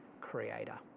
creator